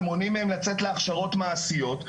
ומונעים מהם לצאת להכשרות מעשיות,